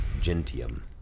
Gentium